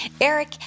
Eric